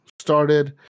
started